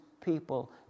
people